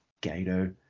Gato